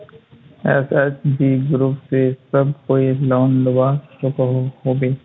SHG group से सब कोई लोन लुबा सकोहो होबे?